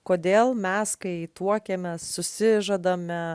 kodėl mes kai tuokiamės susižadame